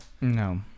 No